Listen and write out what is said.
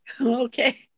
Okay